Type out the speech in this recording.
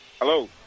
Hello